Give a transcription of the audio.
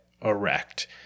erect